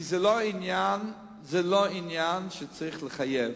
כי זה לא עניין שצריך לחייב.